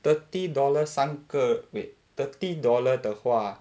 thirty dollars 三个 wait thirty dollar 的话